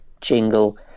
jingle